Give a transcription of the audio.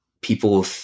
people